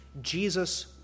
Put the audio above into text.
Jesus